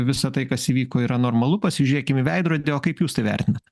visa tai kas įvyko yra normalu pasižiūrėkim į veidrodį o kaip jūs tai vertinat